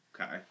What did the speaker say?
Okay